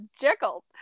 Jekyll